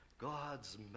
God's